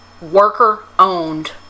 Worker-owned